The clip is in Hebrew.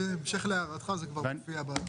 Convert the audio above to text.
בהמשך להערתך, זה כבר מופיע.